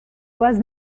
was